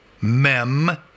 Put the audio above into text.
Mem